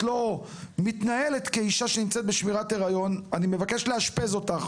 לא מתנהלת כאישה שנמצאת בשמירת הריון אני מבקש לאשפז אותך,